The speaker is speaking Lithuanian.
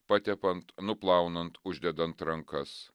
patepant nuplaunant uždedant rankas